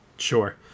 sure